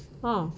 ah